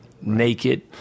naked